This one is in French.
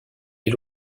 est